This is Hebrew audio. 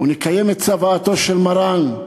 ונקיים את צוואתו של מרן,